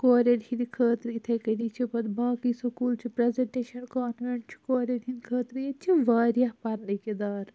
Korean ہٕنٛدِ خٲطرٕ یِتھٕے کٔنی چھِ پَتہِ باقٕے سکوٗل چھُ پِرٛزَنٹیشَن کانوِنٹ چھُ کورِیَن ہٕنٛدِ خٲطرٕ ییٚتہِ چھِ وارِیاہ پَرنٕکۍ اِدار